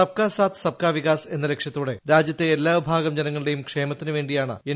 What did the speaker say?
sub കാ സാത് സബ് കാ വികാസ് എന്ന ലക്ഷ്യത്തോടെ രാജ്യത്തെ എല്ലാ വിഭാഗം ജനങ്ങളുടെയും ക്ഷേമത്തിനുവേണ്ടിയാണ് എൻ